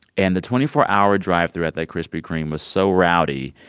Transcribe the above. and the twenty four hour drive-through at that krispy kreme was so rowdy,